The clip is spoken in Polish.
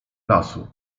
lasu